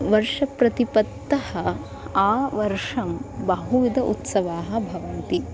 वर्षप्रतिपत्तिः आवर्षं बहुविधाः उत्सवाः भवन्ति